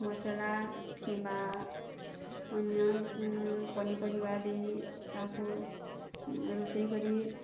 ମସଲା କିମ୍ୱା ଅନ୍ୟ ପନିପରିବା ଦେଇ ତାହାକୁ ରୋଷେଇ କରି